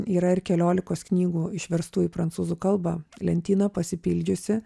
yra ir keliolikos knygų išverstų į prancūzų kalbą lentyna pasipildžiusi